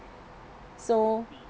so